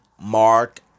Mark